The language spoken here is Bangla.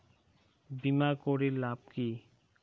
বিমা করির লাভ কি?